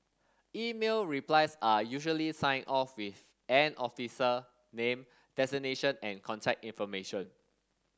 email replies are usually signed off with an officer name designation and contact information